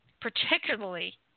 particularly